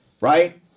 right